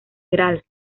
gral